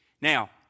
Now